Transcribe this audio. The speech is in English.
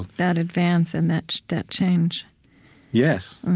that advance and that that change yes.